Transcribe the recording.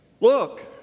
Look